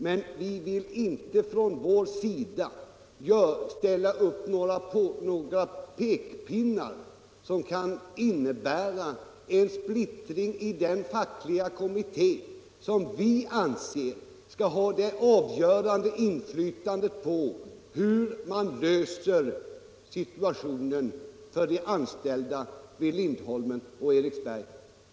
Men vi vill inte från vår sida komma med några pekpinnar som kan leda till splittring i den fackliga kommitté cam +: ov: Kan na det avgörande inflytandet på hur nian klarar ut situationen för de anställda vid Lindholmen och Eriksberg.